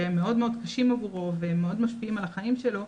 שהם מאוד מאוד קשים עבורו והם מאוד משפיעים על החיים שלו,